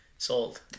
Sold